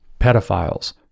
pedophiles